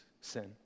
sin